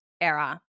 era